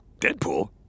Deadpool